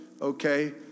okay